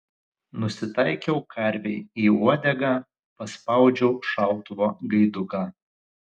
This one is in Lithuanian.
nusitaikiau karvei į uodegą paspaudžiau šautuvo gaiduką